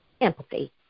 empathy